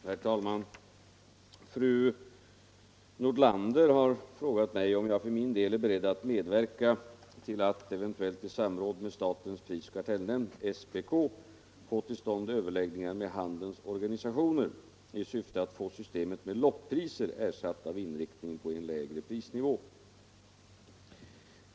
Herr talman! Fru Nordlander har frågat mig om jag för min del är beredd att medverka till att, eventuellt i samråd med statens prisoch kartellnämnd, SPK, få till stånd överläggningar med handelns organisationer i syfte att få systemet med lockpriser ersatt av inriktning på en lägre prisnivå.